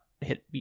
hit